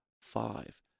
five